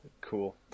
Cool